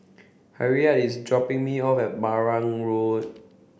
Harriette is dropping me off at Marang Road